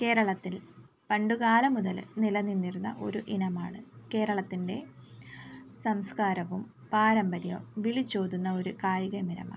കേരളത്തിൽ പണ്ടുകാലം മുതലേ നിലനിന്നിരുന്ന ഒരു ഇനമാണ് കേരളത്തിൻറ്റെ സംസ്കാരവും പാരമ്പര്യവും വിളിച്ചോതുന്ന ഒരു കായിക ഇനമാണ്